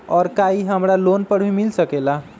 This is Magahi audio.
और का इ हमरा लोन पर भी मिल सकेला?